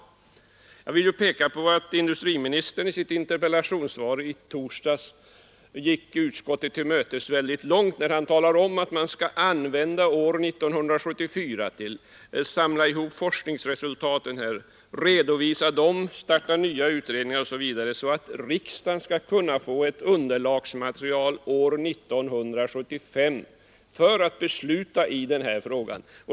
Industriministern gick utskottet till mötes väldigt långt i sitt interpellationssvar i torsdags då han talade om att man skall använda år 1974 till att samla ihop forskningsresultat och redovisa dem, starta nya utredningar osv., så att riksdagen skall kunna få ett underlagsmaterial år 1975 för att besluta i denna fråga.